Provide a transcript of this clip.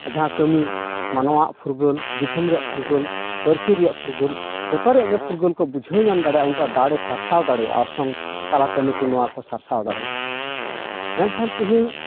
ᱡᱟᱦᱟᱸ ᱠᱟᱹᱢᱤ ᱢᱟᱱᱣᱟᱣᱟᱜ ᱯᱷᱩᱨᱜᱟᱹᱞ ᱫᱤᱥᱚᱢ ᱨᱮᱱᱟᱜ ᱯᱷᱩᱨᱜᱟᱹᱞ ᱯᱟᱹᱨᱥᱤ ᱨᱮᱭᱟᱜ ᱯᱷᱩᱨᱜᱟᱹᱞ ᱡᱚᱛᱚ ᱨᱮᱭᱟᱜ ᱜᱮ ᱯᱷᱩᱨᱜᱟᱹᱞ ᱠᱚ ᱵᱩᱡᱷᱟᱹᱣ ᱧᱟᱢ ᱫᱟᱲᱮᱭᱟᱜᱼᱟ ᱩᱝᱠᱩᱣᱟᱜ ᱫᱟᱲᱮ ᱥᱟᱨᱥᱟᱣ ᱫᱟᱲᱮᱭᱟᱜᱼᱟ ᱟᱨ ᱥᱚᱝᱜᱽ ᱛᱟᱞᱟᱛᱮ ᱱᱩᱠᱩ ᱱᱚᱣᱟ ᱠᱚ ᱥᱟᱨᱥᱟᱣ ᱫᱟᱲᱮᱭᱟᱜᱼᱟ ᱢᱮᱱᱠᱷᱟᱱ ᱛᱤᱦᱤᱧ